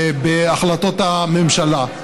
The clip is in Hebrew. בהחלטות הממשלה.